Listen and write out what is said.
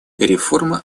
реформа